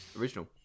original